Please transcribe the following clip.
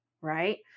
right